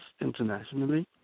internationally